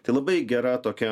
tai labai gera tokia